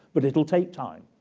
but it'll take time.